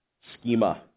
schema